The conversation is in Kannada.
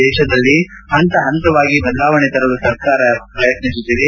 ದೇಶದಲ್ಲಿ ಹಂತ ಹಂತವಾಗಿ ಬದಲಾವಣೆ ತರಲು ಸರ್ಕಾರ ಪ್ರಯತ್ನಿಸುತ್ತಿದೆ